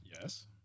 Yes